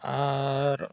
ᱟᱨ